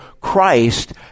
Christ